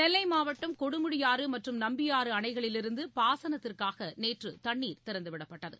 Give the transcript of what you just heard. நெல்லை மாவட்டம் கொடுமுடியாறு மற்றும் நம்பியாறு அணைகளிலிருந்து பாசனத்திற்காக நேற்று தண்ணீர் திறந்துவிடப்பட்டது